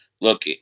look